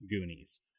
goonies